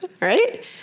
right